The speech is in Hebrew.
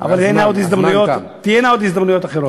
אבל תהיינה עוד הזדמנויות אחרות.